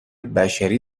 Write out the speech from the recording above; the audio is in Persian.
بشری